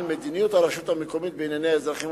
על מדיניות הרשות המקומית בענייני האזרחים